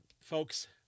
folks